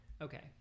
okay